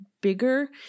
bigger